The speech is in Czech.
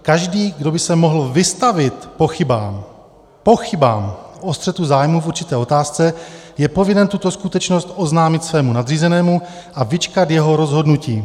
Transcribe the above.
Každý, kdo by se mohl vystavit pochybám, pochybám o střetu zájmů v určité otázce, je povinen tuto skutečnost oznámit svému nadřízenému a vyčkat jeho rozhodnutí.